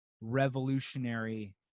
revolutionary